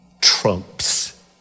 trumps